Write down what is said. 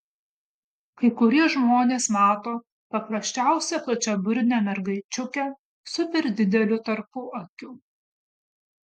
kai kurie žmonės mato paprasčiausią plačiaburnę mergaičiukę su per dideliu tarpuakiu